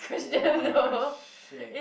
!wah! shag